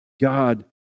God